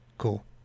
Cool